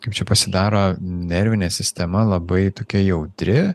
kaip čia pasidaro nervinė sistema labai tokia jautri